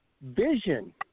vision